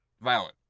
Violent